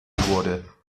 wurde